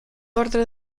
ordre